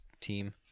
team